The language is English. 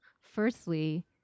firstly